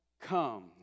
come